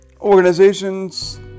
organizations